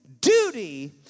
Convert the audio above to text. Duty